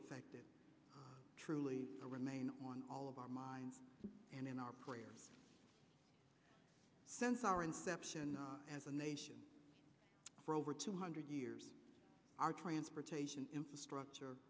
affected truly remain on all of our minds and in our prayers since our inception as a nation for over two hundred years our transportation infrastructure